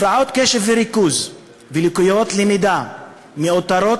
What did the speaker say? הפרעות קשב וריכוז ולקויות למידה מאותרות